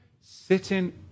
sitting